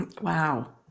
Wow